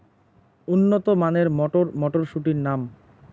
উন্নত মানের মটর মটরশুটির নাম?